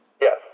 Yes